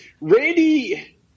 Randy